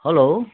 hello